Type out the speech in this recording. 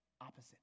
opposite